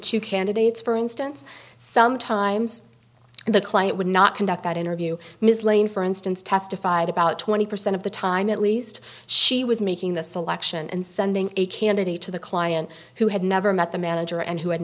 two candidates for instance sometimes the client would not conduct that interview ms lane for instance testified about twenty percent of the time at least she was making the selection and sending a candidate to the client who had never met the man ger and who had